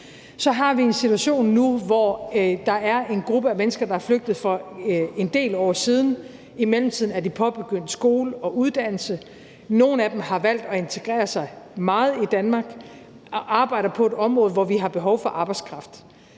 Så har vi en situation nu, hvor der er en gruppe af mennesker, der er flygtet for en del år siden. I mellemtiden har de påbegyndt skole og uddannelse. Nogle af dem har valgt at integrere sig meget i Danmark og arbejder på et område, hvor vi har behov for arbejdskraft.